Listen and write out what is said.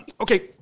okay